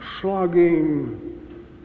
slogging